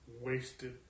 wasted